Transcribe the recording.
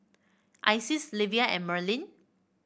Isis Livia and Merlin